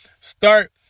start